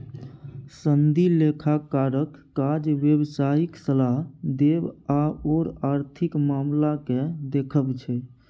सनदी लेखाकारक काज व्यवसायिक सलाह देब आओर आर्थिक मामलाकेँ देखब छै